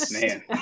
Man